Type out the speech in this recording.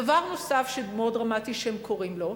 דבר נוסף, מאוד דרמטי, שהם קוראים לו,